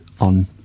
on